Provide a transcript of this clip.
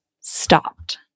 stopped